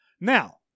Now